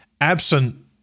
absent